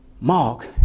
Mark